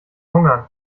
hungern